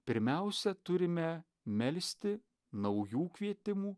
pirmiausia turime melsti naujų kvietimų